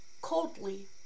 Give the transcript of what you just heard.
coldly